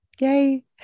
Yay